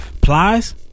Plies